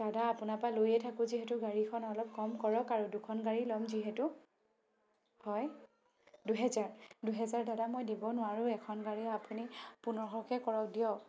দাদা আপোনাৰ পৰা লৈয়েই থাকোঁ যিহেতু গাড়ীখন অলপ কম কৰক আৰু দুখন গাড়ী ল'ম যিহেতু হয় দুহেজাৰ দুহেজাৰ দাদা মই দিব নোৱাৰোঁ এখন গাড়ী আপুনি পোন্ধৰশকৈ কৰক দিয়ক